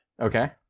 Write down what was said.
Okay